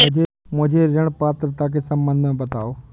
मुझे ऋण पात्रता के सम्बन्ध में बताओ?